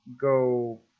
go